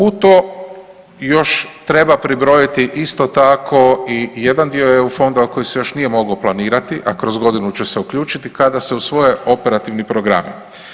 U to još treba pribrojiti isto tako i jedan dio EU fondova koji se još nije mogao planirati, a kroz godinu će se uključiti, kada se usvoji Operativni programi.